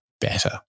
better